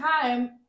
time